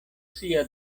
sia